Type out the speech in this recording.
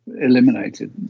eliminated